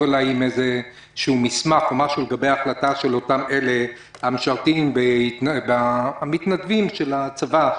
אליי עם איזשהו מסמך על ההחלטה לגבי חרדים המתנדבים בצבא,